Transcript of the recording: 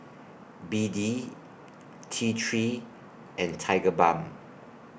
B D T three and Tigerbalm